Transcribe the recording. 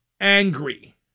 angry